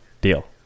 Deal